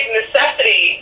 necessity